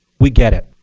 we get it.